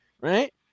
right